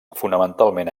fonamentalment